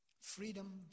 Freedom